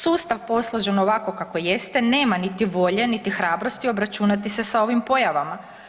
Sustav posložen ovako kako jeste, nema niti volje niti hrabrosti obračunati se s ovim pojavama.